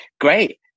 Great